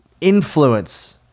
influence